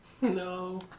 No